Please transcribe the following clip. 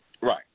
Right